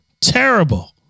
Terrible